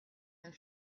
and